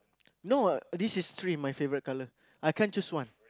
no this is three my favourite colours I can't choose one